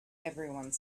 everyone